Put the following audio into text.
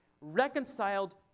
reconciled